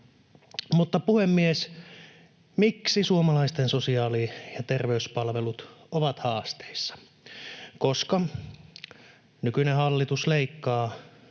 Puhemies! Miksi suomalaisten sosiaali- ja terveyspalvelut ovat haasteissa? Koska nykyinen hallitus leikkaa